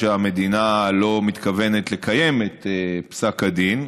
שהמדינה לא מתכוונת לקיים את פסק הדיון,